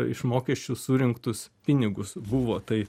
iš mokesčių surinktus pinigus buvo tai